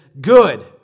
Good